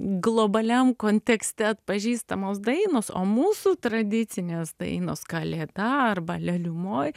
globaliam kontekste atpažįstamos dainos o mūsų tradicinės dainos kalėda arba leliumoj